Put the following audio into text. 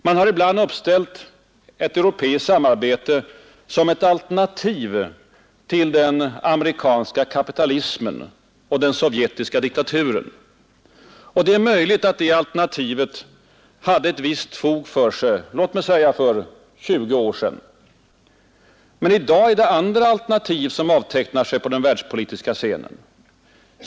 Man har ibland uppställt ett europeiskt samarbete som ett alternativ till den ”amerikanska kapitalismen” och den ”sovjetiska diktaturen”. Det är möjligt att det alternativet hade ett visst fog för sig för låt mig säga 20 år sedan. I dag är det andra alternativ som avtecknar sig på den världspolitiska scenen.